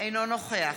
אינו נוכח